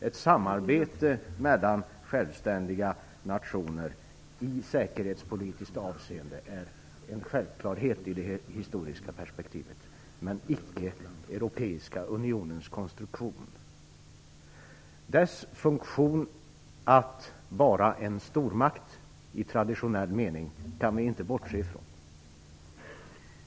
Ett samarbete mellan självständiga nationer i säkerhetspolitiskt avseende är en självklarhet i det historiska perspektivet, men icke den europeiska unionens konstruktion. Den europeiska unionens funktion att vara en stormakt i traditionell mening kan vi inte bortse ifrån.